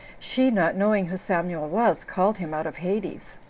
she, not knowing who samuel was, called him out of hades.